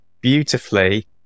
beautifully